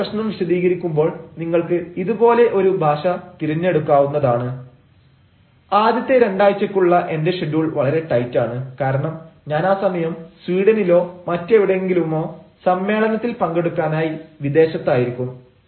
നിങ്ങളുടെ പ്രശ്നം വിശദീകരിക്കുമ്പോൾ നിങ്ങൾക്ക് ഇതുപോലെ ഒരു ഭാഷ തിരഞ്ഞെടുക്കാവുന്നതാണ് ആദ്യത്തെ രണ്ടാഴ്ചക്കുള്ള എന്റെ ഷെഡ്യൂൾ വളരെ ടൈറ്റാണ് കാരണം ഞാൻ ആ സമയം സ്വീഡനിലോ മറ്റെവിടെയെങ്കിലുമോ സമ്മേളനത്തിൽ പങ്കെടുക്കാനായി വിദേശത്ത് ആയിരിക്കും